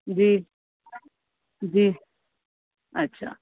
جی جی اچھا